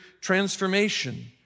transformation